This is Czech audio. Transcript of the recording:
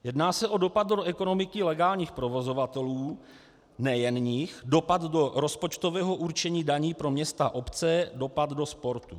Jedná se o dopad do ekonomiky legálních provozovatelů, nejen jich, dopad do rozpočtového určení daní pro města a obce, dopad do sportu.